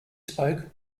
spoke